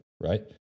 right